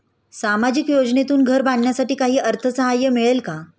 सामाजिक योजनेतून घर बांधण्यासाठी काही अर्थसहाय्य मिळेल का?